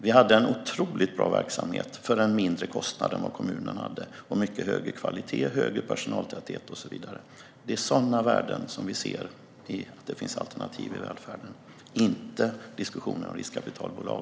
Vi hade en otroligt bra verksamhet för en mindre kostnad än vad kommunen hade, med mycket högre kvalitet, högre personaltäthet och så vidare. Det är sådana värden vi ser i att det finns alternativ i välfärden. Det handlar inte om diskussionen om riskkapitalbolag.